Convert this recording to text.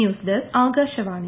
news desk Akashvani